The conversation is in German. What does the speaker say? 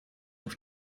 auf